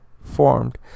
formed